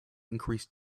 increased